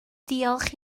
diolch